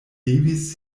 levis